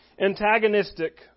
antagonistic